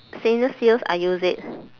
stainless steels I use it